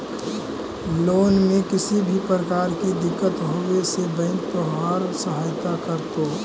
loan में किसी भी प्रकार की दिक्कत होवे से बैंक तोहार सहायता करतो